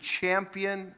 champion